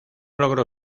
logró